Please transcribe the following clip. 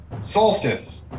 Solstice